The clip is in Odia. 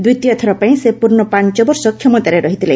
ଦ୍ୱିତୀୟଥର ପାଇଁ ସେ ପୂର୍ଣ୍ଣ ପାଞ୍ଚବର୍ଷ କ୍ଷମତାରେ ରହିଥିଲେ